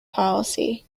policy